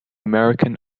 american